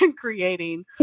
creating